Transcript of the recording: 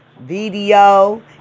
video